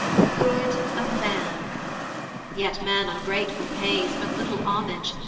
the good of man yet man ungrateful pays but little homage,